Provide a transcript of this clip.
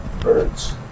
birds